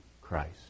Christ